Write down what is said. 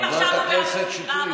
עכשיו הוא בעבודה.